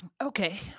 Okay